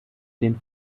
den